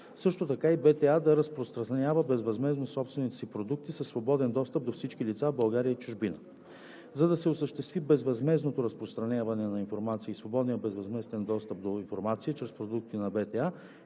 Също така и БТА да разпространява безвъзмездно собствените си продукти със свободен достъп до всички лица в България и чужбина. За да се осъществи безвъзмездното разпространяване на информация и свободният безвъзмезден достъп до информация чрез продукти на БТА,